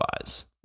Eyes